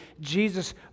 Jesus